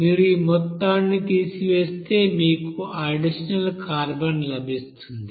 మీరు ఈ మొత్తాన్ని తీసివేస్తే మీకు అడిషనల్ కార్బన్ లభిస్తుంది